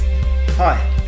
Hi